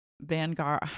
Vanguard